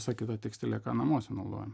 visai kita tekstilė ką namuose naudojam